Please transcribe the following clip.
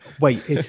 Wait